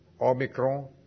Omicron